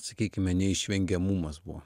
sakykime neišvengiamumas buvo